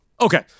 Okay